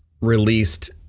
released